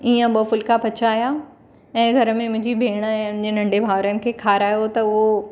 इअं ॿ फुल्का पचाया ऐं घर में मुंहिंजी भेण ऐं मुंहिंजे नंढे भाउरनि खे खारायो त उहो